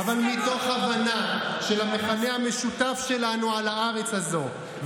אבל מתוך הבנה של המכנה המשותף שלנו על הארץ הזו,